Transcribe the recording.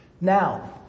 Now